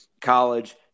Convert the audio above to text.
college